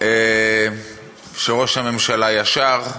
שראש הממשלה ישר,